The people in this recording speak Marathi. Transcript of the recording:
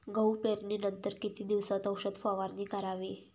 गहू पेरणीनंतर किती दिवसात औषध फवारणी करावी?